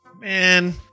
Man